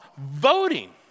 voting